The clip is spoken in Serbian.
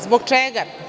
Zbog čega?